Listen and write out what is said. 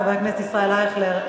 חבר הכנסת ישראל אייכלר,